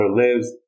lives